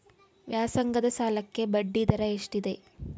ವ್ಯಾಸಂಗದ ಸಾಲಕ್ಕೆ ಬಡ್ಡಿ ದರ ಎಷ್ಟಿದೆ?